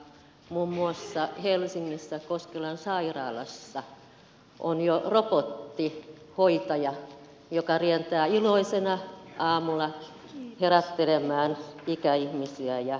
muun muassa helsingissä koskelan sairaalassa on jo robottihoitaja joka rientää iloisena aamulla herättelemään ikäihmisiä ja toivottaa hyvää huomenta